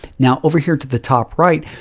now, over here to the top right,